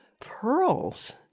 pearls